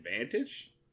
advantage